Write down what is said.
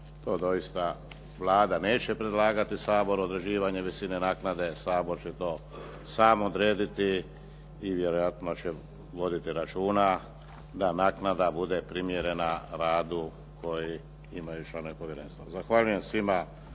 To doista Vlada neće predlagati Saboru određivanje visine naknade. Sabor će to sam odrediti i vjerojatno će voditi računa da naknada bude primjerena radu koji imaju članovi povjerenstva. Zahvaljujem svima